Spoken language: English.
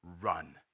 run